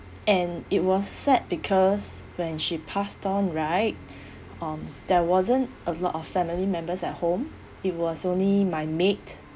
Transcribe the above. and it was sad because when she passed on right um there wasn't a lot of family members at home it was only my maid